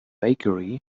bakery